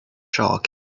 shark